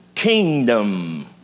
Kingdom